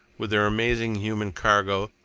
with their amazing human cargo,